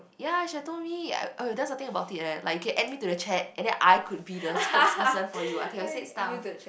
ya should've told me uh oh that's the thing about it eh like okay add me to the chat and then I could be the spokesperson for you I can always say stuff